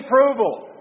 approval